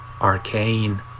Arcane